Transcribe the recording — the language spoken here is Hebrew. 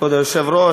כבוד היושב-ראש,